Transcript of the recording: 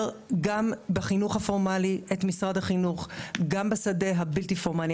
גם בחינוך הפורמלי את משרד החינוך וגם בשדה הבלתי פורמלי.